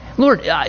Lord